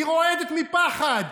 היא רועדת מפחד.